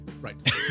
Right